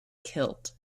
killed